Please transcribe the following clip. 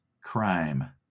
crime